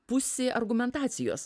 pusė argumentacijos